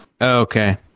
Okay